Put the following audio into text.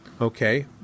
okay